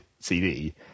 CD